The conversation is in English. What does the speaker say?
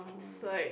it's like